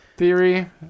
Theory